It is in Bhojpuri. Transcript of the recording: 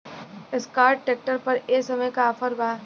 एस्कार्ट ट्रैक्टर पर ए समय का ऑफ़र बा?